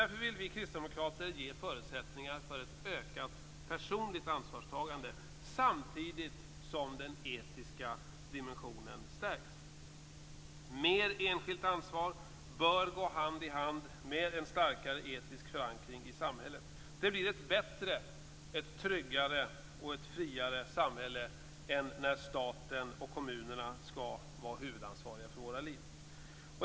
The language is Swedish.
Därför vill vi kristdemokrater ge förutsättningar för ett ökat personligt ansvarstagande samtidigt som den etiska dimensionen stärks. Mer enskilt ansvar bör gå hand i hand med en starkare etisk förankring i samhället. Det blir ett bättre, ett tryggare och ett friare samhälle än när staten och kommunerna skall vara huvudansvariga för våra liv.